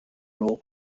rural